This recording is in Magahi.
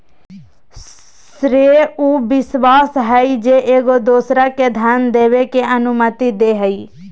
श्रेय उ विश्वास हइ जे एगो दोसरा के धन देबे के अनुमति दे हइ